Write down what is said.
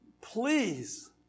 please